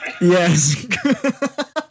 Yes